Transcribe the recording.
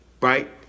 right